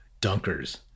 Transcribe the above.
dunkers